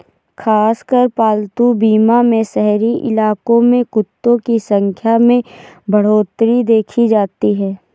खासकर पालतू बीमा में शहरी इलाकों में कुत्तों की संख्या में बढ़ोत्तरी देखी जाती है